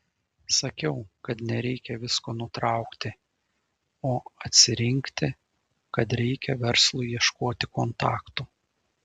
sakiau kad nereikia visko nutraukti o atsirinkti kad reikia verslui ieškoti kontaktų